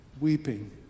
weeping